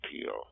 Appeal